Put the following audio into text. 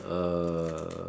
uh